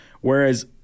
whereas